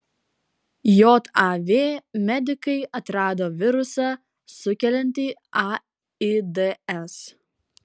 jav medikai atrado virusą sukeliantį aids